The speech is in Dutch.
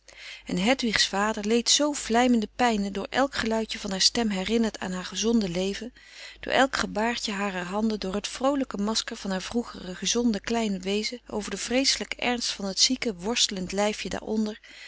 bedriegen en hedwig's vader leed zoo vlijmende pijnen door elk geluidje van haar stem herinnerend aan haar gezonde leven door elk gebaartje harer handen door het vroolijke masker van haar vroegere gezonde kleine wezen over den vreeselijken ernst van het zieke worstelend lijfje daaronder